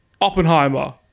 Oppenheimer